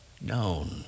known